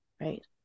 right